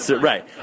Right